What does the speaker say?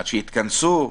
עד שיתכנסו,